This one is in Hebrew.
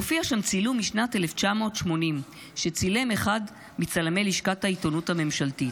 מופיע שם צילום משנת 1980 שצילם אחד מצלמי לשכת העיתונות הממשלתית: